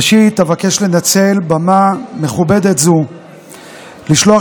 ראשית אבקש לנצל במה מכובדת זאת לשלוח